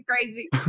crazy